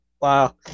wow